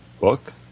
book